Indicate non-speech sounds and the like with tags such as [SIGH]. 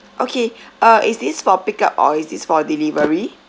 okay [BREATH] uh is this for pick up or is this for delivery